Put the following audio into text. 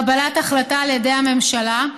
קבלת החלטה על ידי הממשלה,